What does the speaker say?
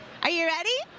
are you ready?